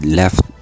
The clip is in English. left